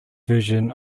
version